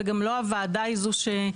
וגם לא הוועדה היא זו שממנה,